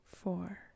four